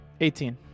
18